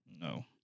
No